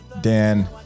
Dan